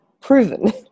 proven